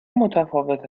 متفاوت